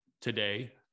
today